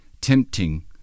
tempting